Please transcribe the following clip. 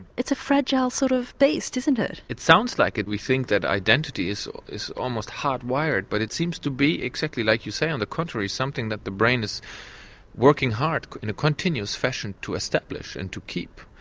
it's a fragile sort of beast, isn't it? it sounds like it, we think that identity is so is almost hard-wired, but it seems to be exactly like you say, on the contrary, something that the brain is working hard in a continuous fashion to establish and to keep.